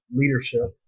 leadership